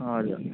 हजुर